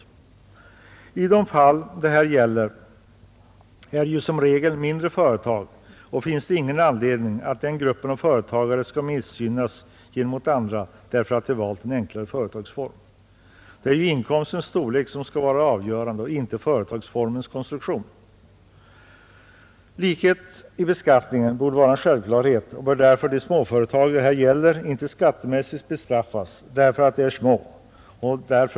Som regel är det mindre företag det här gäller och det finns ingen anledning att denna grupp av företagare skall missgynnas gentemot andra därför att de valt en enklare företagsform. Det är ju inkomstens storlek som skall vara det avgörande, inte företagsformens konstruktion. Likhet i beskattningen borde vara en självklarhet, och därför bör de småföretagare det här gäller inte skattemässigt bestraffas därför att deras företag är litet.